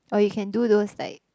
or you can do those like